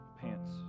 pants